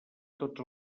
tots